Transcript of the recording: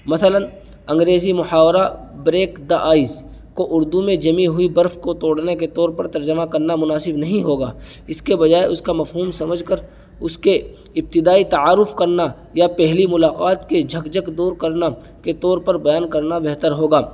مثلاً انگریزی محاورہ بریک دا آئیز کو اردو میں جمی ہوئی برف کو توڑنے کے طور پر ترجمہ کرنا مناسب نہیں ہوگا اس کے بجائے اس کا مفہوم سمجھ کر اس کے ابتدائی تعارف کرنا یا پہلی ملاقات کے جھجھک دور کرنا کے طور پر بیان کرنا بہتر ہوگا